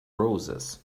roses